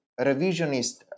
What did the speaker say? revisionist